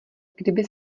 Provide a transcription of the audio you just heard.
kdyby